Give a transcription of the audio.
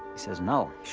says no.